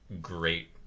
great